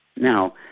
now,